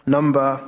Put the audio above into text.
Number